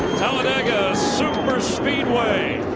talladega super speed way.